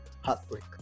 heartbreak